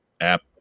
app